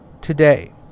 today